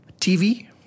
TV